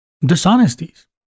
dishonesties